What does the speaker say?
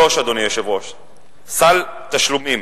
3. סל תשלומים,